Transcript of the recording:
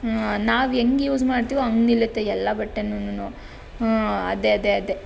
ನಾವು ಹೇಗೆ ಯೂಸ್ ಮಾಡ್ತೀವೋ ಹಾಗೆ ನಿಲ್ಲುತ್ತೆ ಎಲ್ಲ ಬಟ್ಟೆನುನುನು ಹ್ಞೂ ಅದೇ ಅದೇ ಅದೇ